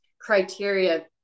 criteria